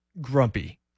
grumpy